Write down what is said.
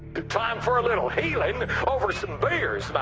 time for a little healing over some beers, my